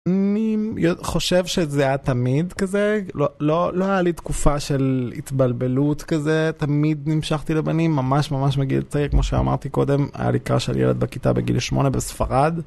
אני חושב שזה היה תמיד כזה, לא היה לי תקופה של התבלבלות כזה, תמיד נמשכתי לבנים, ממש ממש מגיל צעיר, כמו שאמרתי קודם, היה לי קהל של ילד בכיתה בגיל 8 בספרד.